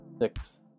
six